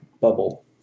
bubble